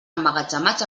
emmagatzemats